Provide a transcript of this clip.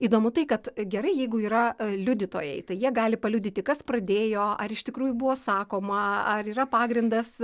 įdomu tai kad gerai jeigu yra liudytojai tai jie gali paliudyti kas pradėjo ar iš tikrųjų buvo sakoma ar yra pagrindas